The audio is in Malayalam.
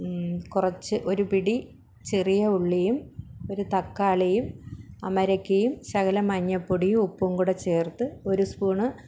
കുറച്ച് ഒരുപിടി ചെറിയ ഉള്ളിയും ഒരു തക്കാളിയും അമരയ്ക്കയും ശകലം മഞ്ഞപ്പൊടിയും ഉപ്പും കൂടെ ചേർത്ത് ഒരു സ്പൂണ്